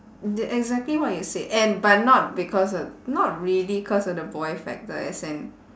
the exactly what you said and but not because of not really cause of the boy factor as and